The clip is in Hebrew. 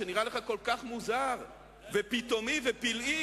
שנראה לך כל כך מוזר ופתאומי ופלאי,